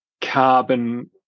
carbon